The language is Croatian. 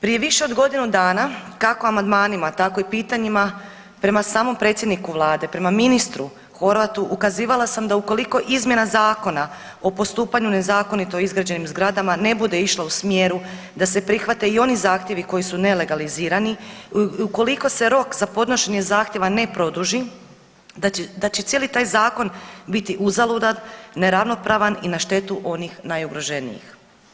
Prije više od godinu dana kako amandmanima, tako i pitanjima prema samom predsjedniku Vlade, prema ministru Horvatu ukazivala sam da ukoliko izmjena Zakona o postupanju nezakonito izgrađenim zgradama ne bude išla u smjeru da se prihvate i oni zahtjevi koji su nelegalizirani, ukoliko se rok za podnošenje zahtjeva ne produži da će cijeli taj zakon biti uzaludan, neravnopravan i na štetu onih najugroženijih.